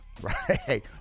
right